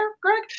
Greg